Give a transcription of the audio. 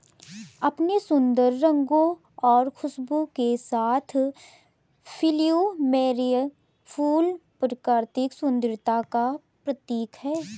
अपने सुंदर रंगों और खुशबू के साथ प्लूमेरिअ फूल प्राकृतिक सुंदरता का प्रतीक है